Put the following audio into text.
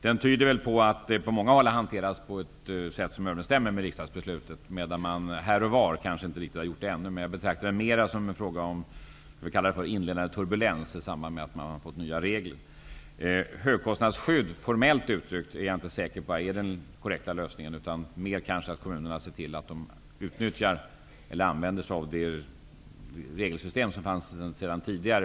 Den tyder på att man på många håll hanterar detta med avgifterna på ett sätt som överensstämmer med riksdagsbeslutet, medan man här och var ännu inte har gjort det, men det betraktar jag mer som en ''inledande turbulens'' i samband med de nya reglerna. Jag är inte säker på att högkostnadsskydd i formell bemärkelse är den korrekta lösningen. Man bör i stället se till att kommunerna i större utsträckning använder sig av det regelsystem som fanns tidigare.